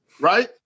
Right